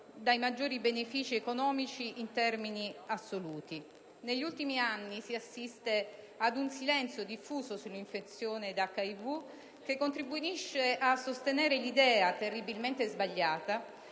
dai maggiori benefìci economici in termini assoluti. Negli ultimi anni si assiste ad un silenzio diffuso sull'infezione da HIV che contribuisce a sostenere l'idea, terribilmente sbagliata,